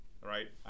right